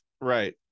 Right